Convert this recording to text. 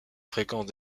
fréquence